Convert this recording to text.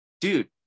dude